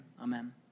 amen